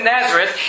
Nazareth